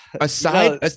aside